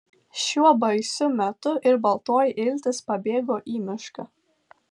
šiuo baisiu metu ir baltoji iltis pabėgo į mišką